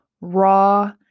raw